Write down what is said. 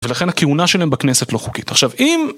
ולכן הכהונה שלהם בכנסת לא חוקית. עכשיו אם...